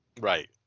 Right